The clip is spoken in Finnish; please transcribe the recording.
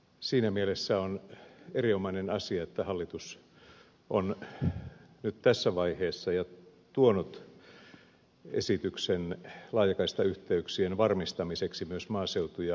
siinä mielessä on erinomainen asia että hallitus on nyt tässä vaiheessa jo tuonut esityksen laajakaistayhteyksien varmistamiseksi myös maaseutu ja haja asutusalueilla